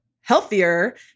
healthier